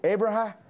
Abraham